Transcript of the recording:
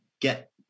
get